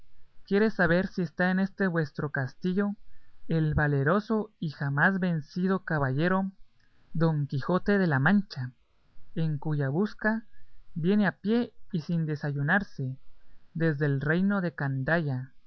quiere saber si está en este vuestro castillo el valeroso y jamás vencido caballero don quijote de la mancha en cuya busca viene a pie y sin desayunarse desde el reino de candaya